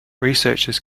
researchers